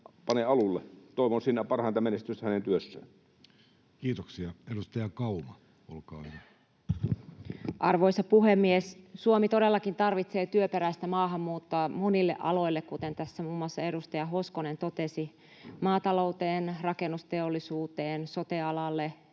panee alulle. Toivon siinä parhainta menestystä hänen työssään. Kiitoksia. — Edustaja Kauma, olkaa hyvä. Arvoisa puhemies! Suomi todellakin tarvitsee työperäistä maahanmuuttoa monille aloille, kuten tässä muun muassa edustaja Hoskonen totesi: maatalouteen, rakennusteollisuuteen, sote-alalle,